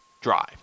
drive